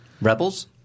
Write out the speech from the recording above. Rebels